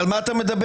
על מה אתה מדבר?